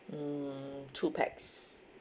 mm two pax